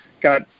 got